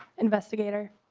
investigator.